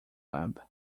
lab